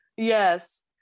Yes